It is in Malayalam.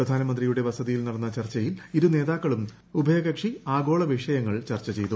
പ്രധാനമ ന്ത്രിയുടെ വസതിയിൽ നടന്ന് പൂർച്ചയിൽ ഇരുനേതാക്കളും ഉഭയകക്ഷി ആഗോള വിഷയങ്ങൾ ചർച്ച ചെയ്തു